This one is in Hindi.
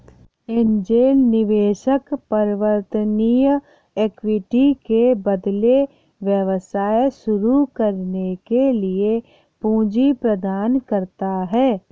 एंजेल निवेशक परिवर्तनीय इक्विटी के बदले व्यवसाय शुरू करने के लिए पूंजी प्रदान करता है